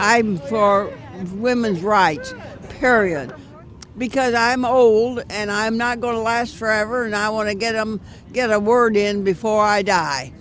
something for women's rights period because i'm old and i'm not going to last forever and i want to get them get a word in before i die